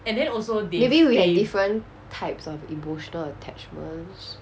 maybe we have different types of emotional attachments